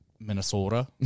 Minnesota